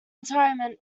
retirement